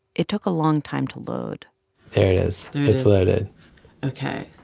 it took a long time to load there it is. it's loaded ok,